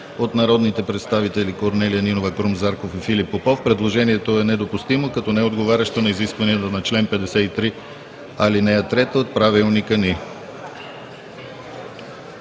от народните представители Корнелия Нинова, Крум Зарков и Филип Попов. Предложението е недопустимо, като неотговарящо на изискванията на чл. 53, ал. 3 от Правилника ни.